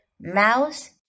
Mouse